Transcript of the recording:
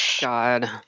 God